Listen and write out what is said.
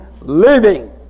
living